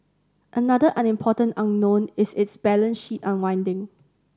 another unimportant unknown is its balance sheet unwinding